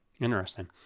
interesting